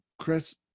Chris